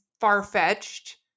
far-fetched